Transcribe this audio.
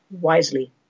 wisely